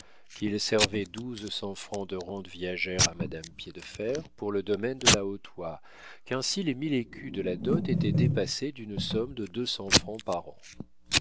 qu'il servait douze cents francs de rente viagère à madame piédefer pour le domaine de la hautoy qu'ainsi les mille écus de la dot étaient dépassés d'une somme de deux cents francs par an